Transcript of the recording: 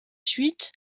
suite